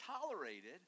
tolerated